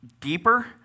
deeper